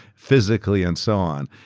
physically, and so on.